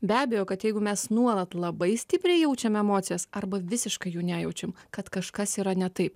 be abejo kad jeigu mes nuolat labai stipriai jaučiame emocijas arba visiškai jų nejaučiam kad kažkas yra ne taip